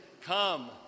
Come